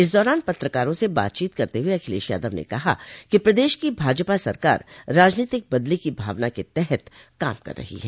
इस दौरान पत्रकारों से बातचीत करते हुए अखिलेश यादव ने कहा कि प्रदेश की भाजपा सरकार राजनीतिक बदले की भावना के तहत काम कर रही है